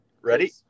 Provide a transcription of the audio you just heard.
Ready